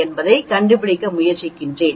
என்பதைக் கண்டுபிடிக்க முயற்சிக்கிறேன்